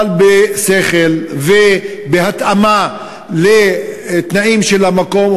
אבל בשכל ובהתאמה לתנאים של המקום,